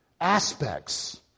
aspects